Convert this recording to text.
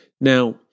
Now